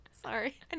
Sorry